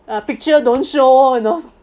uh picture don't show you know